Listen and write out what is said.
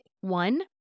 one